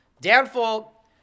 downfall